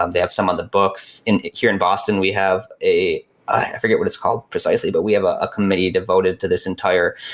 um they have some of the books. here in boston, we have a i forget what it's called precisely, but we have a a committee devoted to this entire